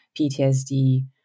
PTSD